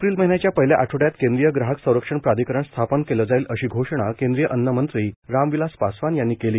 April महिन्याच्या पहिल्या आठवड्यात केंद्रीय ग्राहक संरक्षण प्राधिकरण स्थापन केलं जाईल अशी घोषणा केंद्रीय अन्न मंत्री रामविलास पासवान यांनी केली